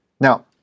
Now